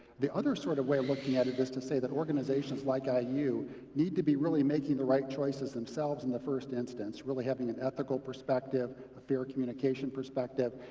the other sort of way of looking at it is to say that organizations like iu need to be really making the right choices themselves in the first instance, really having an ethical perspective, a fair communication perspective.